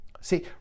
See